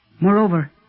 Moreover